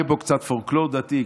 יהיה פה קצת פולקלור דתי,